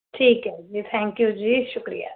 ਠੀਕ ਹੈ ji thank you ji ਸ਼ੁਕਰੀਆ